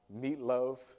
meatloaf